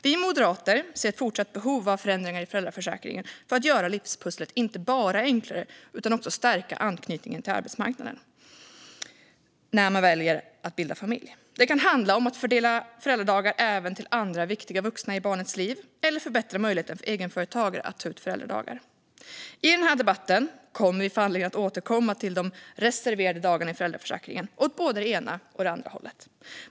Vi moderater ser ett fortsatt behov av förändringar i föräldraförsäkringen inte bara för att göra livspusslet enklare utan också för att stärka anknytningen till arbetsmarknaden när man väljer att bilda familj. Det kan handla om att fördela föräldradagar även till andra viktiga vuxna i barnets liv eller att förbättra möjligheten för egenföretagare att ta ut föräldradagar. I denna debatt kommer vi att få anledning att återkomma till de reserverade dagarna i föräldraförsäkringen, åt både det ena och det andra hållet.